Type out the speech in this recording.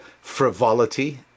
frivolity